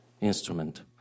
instrument